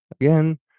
again